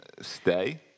stay